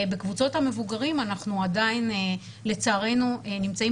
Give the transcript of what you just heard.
בקבוצות המבוגרים לצערנו אנחנו עדיין נמצאים